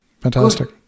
Fantastic